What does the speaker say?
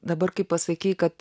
dabar kai pasakei kad